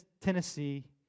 Tennessee